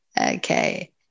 Okay